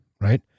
right